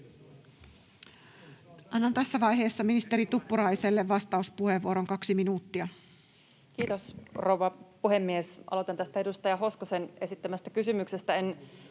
Annan tässä vaiheessa ministeri Tuppuraiselle vastauspuheenvuoron, 2 minuuttia. Kiitos, rouva puhemies! Aloitan tästä edustaja Hoskosen esittämästä kysymyksestä: